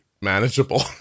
manageable